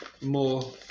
More